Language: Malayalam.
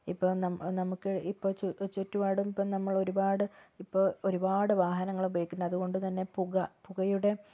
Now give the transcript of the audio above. ഇപ്പം നം നമുക്ക് ഇപ്പോൾ ച് ചുറ്റുപാടും ഇപ്പം നമ്മളൊരുപാട് ഇപ്പോൾ ഒരുപാട് വാഹനങ്ങളുപയോഗിക്കുന്ന അതുകൊണ്ടുതന്നെ പുക പുകയുടെ